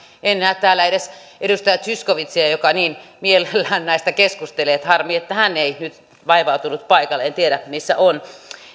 en näe täällä edes edustaja zyskowiczia joka niin mielellään näistä keskustelee harmi että hän ei nyt vaivautunut paikalle en tiedä missä on